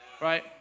right